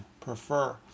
prefer